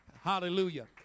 Hallelujah